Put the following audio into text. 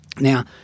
Now